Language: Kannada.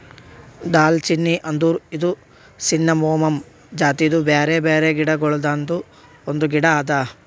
ದಾಲ್ಚಿನ್ನಿ ಅಂದುರ್ ಇದು ಸಿನ್ನಮೋಮಮ್ ಜಾತಿದು ಬ್ಯಾರೆ ಬ್ಯಾರೆ ಗಿಡ ಗೊಳ್ದಾಂದು ಒಂದು ಗಿಡ ಅದಾ